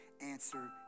answer